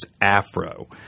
afro